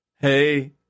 Hey